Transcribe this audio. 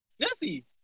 Jesse